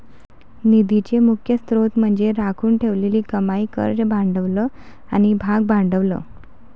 निधीचे मुख्य स्त्रोत म्हणजे राखून ठेवलेली कमाई, कर्ज भांडवल आणि भागभांडवल